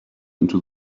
into